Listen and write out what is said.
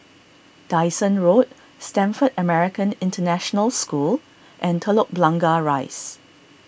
Dyson Road Stamford American International School and Telok Blangah Rise